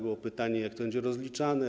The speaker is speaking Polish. Było pytanie o to, jak to będzie rozliczane.